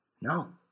No